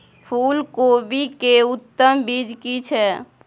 फूलकोबी के उत्तम बीज की छै?